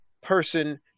person